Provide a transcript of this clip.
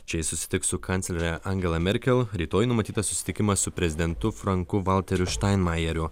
čia jis susitiks su kanclere angela merkel rytoj numatytas susitikimas su prezidentu franku valteriu štainmajeriu